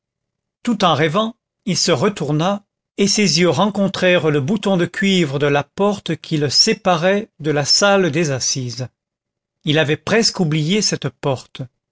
tout en rêvant il se retourna et ses yeux rencontrèrent le bouton de cuivre de la porte qui le séparait de la salle des assises il avait presque oublié cette porte